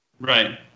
Right